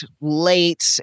late